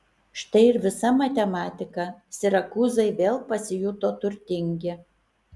štai ir visa matematika sirakūzai vėl pasijuto turtingi